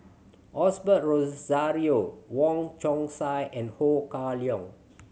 Osbert Rozario Wong Chong Sai and Ho Kah Leong